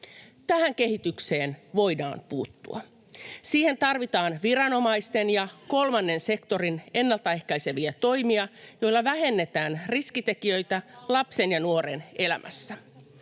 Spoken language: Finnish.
Tähän kehitykseen voidaan puuttua. Siihen tarvitaan viranomaisten ja kolmannen sektorin ennalta ehkäiseviä toimia, [Sari Sarkomaa: Ja hallituksen toimia!] joilla vähennetään riskitekijöitä lapsen ja nuoren elämässä.